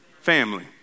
Family